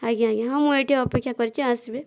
ଆଜ୍ଞା ଆଜ୍ଞା ହଁ ମୁଁ ଏଇଠି ଅପେକ୍ଷା କରିଛି ଆସିବେ